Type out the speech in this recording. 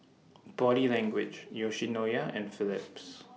Body Language Yoshinoya and Phillips